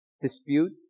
dispute